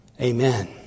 Amen